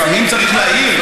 לפעמים צריך להעיר,